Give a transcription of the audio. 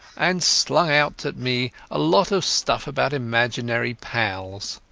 and slung out at me a lot of stuff about imaginary pals.